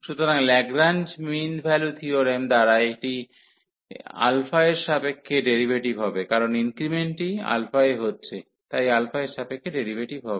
সুতরাং Lagrange mean value theorem দ্বারা এটি α এর সাপেক্ষে ডেরিভেটিভ হবে কারণ ইঙ্ক্রিমেন্টটি α এ হচ্ছে তাই α এর সাপেক্ষে ডেরিভেটিভ হচ্ছে